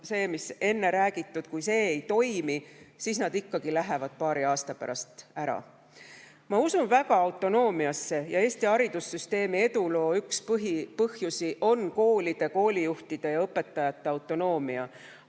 see, mis ma enne rääkisin, ei toimi, siis nad ikkagi lähevad paari aasta pärast ära. Ma usun väga autonoomiasse. Üks Eesti haridussüsteemi eduloo põhipõhjusi on koolide, koolijuhtide ja õpetajate autonoomia.